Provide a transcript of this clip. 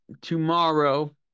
tomorrow